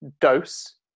dose